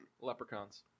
Leprechauns